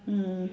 mm